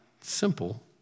simple